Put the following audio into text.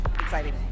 exciting